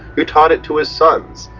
who taught it to his sons,